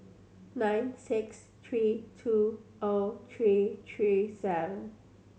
nine six three two O three three seven